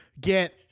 get